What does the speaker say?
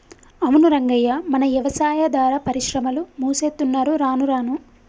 అవును రంగయ్య మన యవసాయాదార పరిశ్రమలు మూసేత్తున్నరు రానురాను